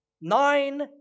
Nine